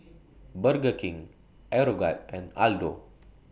Burger King Aeroguard and Aldo